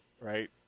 right